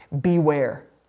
Beware